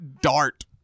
dart